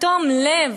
תום הלב